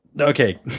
okay